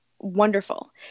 wonderful